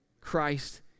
Christ